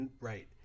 right